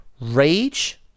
rage